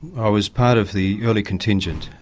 i was part of the early contingent.